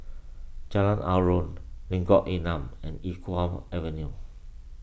Jalan Aruan Lengkong Enam and Iqbal Avenue